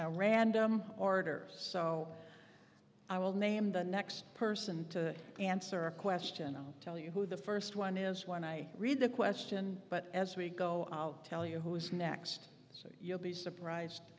a random order so i will name the next person to answer a question i'll tell you who the first one is when i read the question but as we go i'll tell you who is next so you'll be surprised